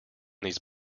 these